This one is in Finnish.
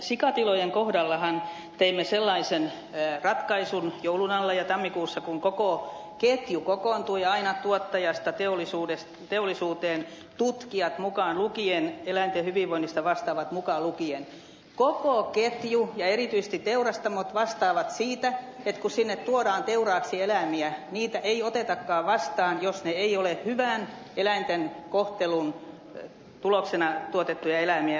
sikatilojen kohdallahan teimme sellaisen ratkaisun joulun alla ja tammikuussa kun koko ketju kokoontui aina tuottajasta teollisuuteen tutkijat mukaan lukien eläinten hyvinvoinnista vastaavat mukaan lukien että koko ketju ja erityisesti teurastamot vastaavat siitä että kun sinne tuodaan teuraaksi eläimiä niitä ei otetakaan vastaan jos ne eivät ole hyvän eläinten kohtelun tuloksena tuotettuja eläimiä